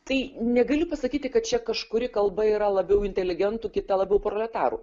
tai negaliu pasakyti kad čia kažkuri kalba yra labiau inteligentų kita labiau proletarų